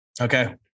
Okay